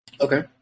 Okay